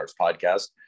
podcast